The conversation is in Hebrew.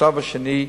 בשלב השני,